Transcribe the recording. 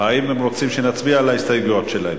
האם הם רוצים שנצביע על ההסתייגויות שלהם?